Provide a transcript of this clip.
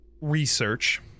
Research